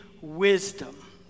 wisdom